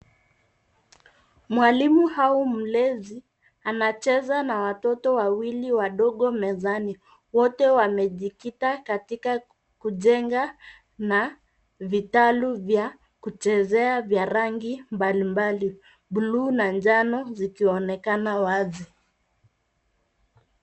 Mwalimu au mlezi anacheza na watoto wawili wadogo mezani, wote wamejikita katika kujenga na vitalu vya kuchezea vya rangi mbalimbali. Blue na njano zikionekana wazi.